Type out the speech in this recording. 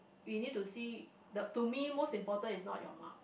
we need to see the to me most important is not your mark